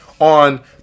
on